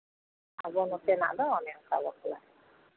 ᱟᱵᱚ ᱱᱚᱛᱮᱱᱟᱜ ᱫᱚ ᱚᱱᱮ ᱚᱱᱠᱟ ᱵᱟᱯᱞᱟ